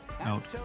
Out